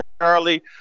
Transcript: Charlie